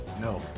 No